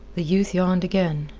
the youth yawned again.